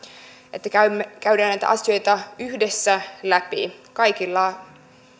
että käydään näitä asioita yhdessä läpi kaikilla